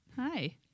Hi